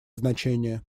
значение